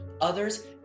Others